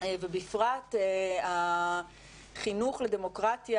ובפרט החינוך לדמוקרטיה,